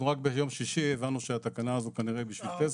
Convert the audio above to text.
אנחנו רק ביום שישי הבנו שהתקנה הזאת כנראה בשביל טסלה.